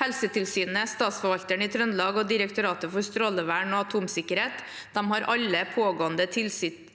Helsetilsynet, Statsforvalteren i Trøndelag og Direktoratet for strålevern og atomsikkerhet har alle pågående tilsynssaker